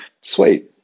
Sweet